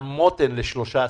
מהמותן ל-13 חודשים.